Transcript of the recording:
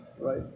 right